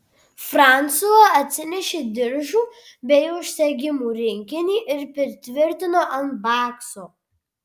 fransua atsinešė diržų bei užsegimų rinkinį ir pritvirtino ant bakso